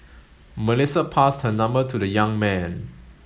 Melissa passed her number to the young man